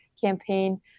campaign